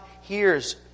hears